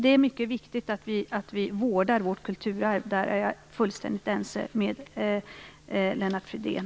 Det är mycket viktigt att vi vårdar vårt kulturarv. Där är jag fullständigt ense med Lennart Fridén.